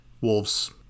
Wolves